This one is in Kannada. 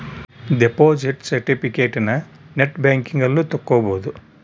ದೆಪೊಸಿಟ್ ಸೆರ್ಟಿಫಿಕೇಟನ ನೆಟ್ ಬ್ಯಾಂಕಿಂಗ್ ಅಲ್ಲು ತಕ್ಕೊಬೊದು